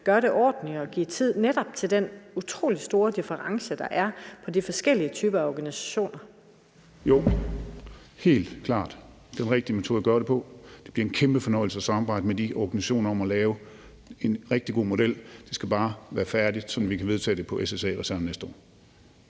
gøre det ordentligt og give tid til netop de utrolig store differencer, der er mellem de forskellige typer af organisationer? Kl. 14:05 Torsten Gejl (ALT): Jo, helt klart. Det er den rigtige metode, den rigtige måde at gøre det på. Det bliver en kæmpe fornøjelse at samarbejde med de organisationer om at lave en rigtig god model. Den skal bare være færdig, sådan at vi kan vedtage den på SSA-reserven næste år.